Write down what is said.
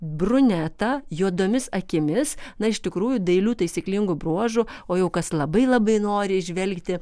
brunetą juodomis akimis na iš tikrųjų dailių taisyklingų bruožų o jau kas labai labai nori įžvelgti